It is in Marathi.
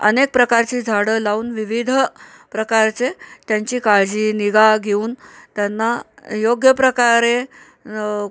अनेक प्रकारची झाडं लावून विविधं प्रकारचे त्यांची काळजी निगा घेऊन त्यांना योग्य प्रकारे